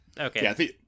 Okay